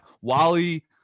Wally